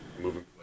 moving